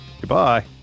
Goodbye